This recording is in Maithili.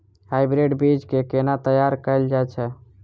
हाइब्रिड बीज केँ केना तैयार कैल जाय छै?